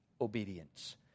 obedience